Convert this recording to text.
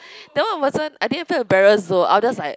that one wasn't I didn't felt embarassed thought I was just like